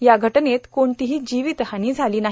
या घटनेत कोणतीही जीवितहानी झाली नाही